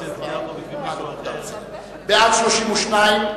32 בעד,